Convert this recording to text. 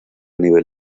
nivel